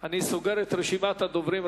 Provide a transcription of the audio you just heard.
אני סוגר את רשימת הדוברים,